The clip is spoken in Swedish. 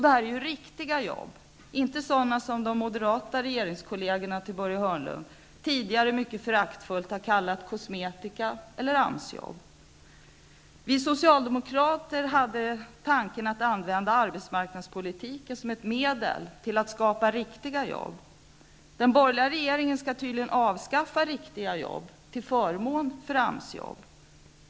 Detta är riktiga jobb och inte sådana som de moderata regeringskollegerna till Börje Hörnlund tidigare mycket föraktfullt har kallat kosmetika eller AMS Vi socialdemokrater tänkte använda arbetsmarknadspolitiken som ett medel att skapa riktiga jobb. Den borgerliga regeringen skall tydligen avskaffa riktiga jobb till förmån för AMS jobb.